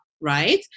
right